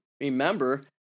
remember